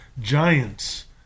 giants